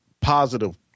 positive